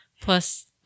Plus